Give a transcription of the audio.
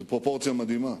זו פרופורציה מדהימה,